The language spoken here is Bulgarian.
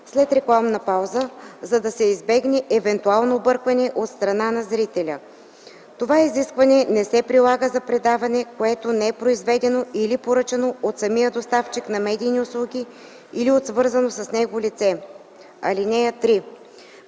след рекламна пауза, за да се избегне евентуално объркване от страна на зрителя. Това изискване не се прилага за предаване, което не е произведено или поръчано от самия доставчик на медийни услуги или от свързано с него лице. (3)